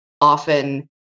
often